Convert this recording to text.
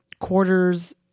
quarters